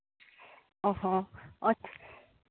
ᱚᱸᱻ ᱦᱚᱸ